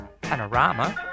Panorama